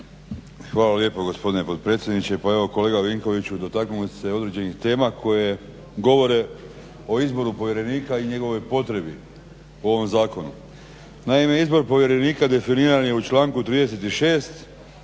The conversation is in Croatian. Hvala lijepo gospodine potpredsjedniče. Pa ovo kolega Vinkoviću dotaknuli ste se određenih tema koje govore o izboru povjerenika i njegovoj potrebi po ovom zakonu. Naime, izbor povjerenika definiran je u članku 36.